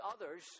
others